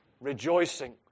rejoicing